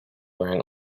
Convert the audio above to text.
wearing